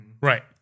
Right